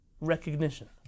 recognition